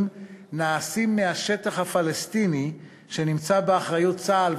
נעשים מהשטח הפלסטיני שנמצא באחריות צה"ל,